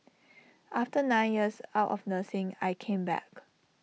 after nine years out of nursing I came back